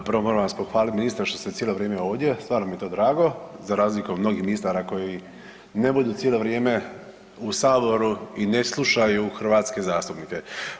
Evo prvo moram vas pohvaliti ministre što ste cijelo vrijeme ovdje, stvarno mi je to drago za razliku od mnogih ministara koji ne budu cijelo vrijeme u Saboru i ne slušaju hrvatske zastupnike.